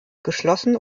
geschlossen